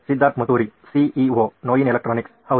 Siddharth Maturi CEO ನೋಯಿನ್ electronics ಹೌದು